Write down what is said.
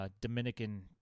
Dominican